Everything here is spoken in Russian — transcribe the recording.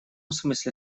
смысле